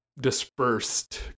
dispersed